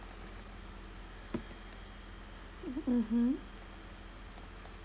mmhmm